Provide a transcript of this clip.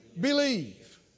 believe